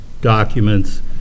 documents